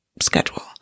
schedule